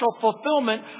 fulfillment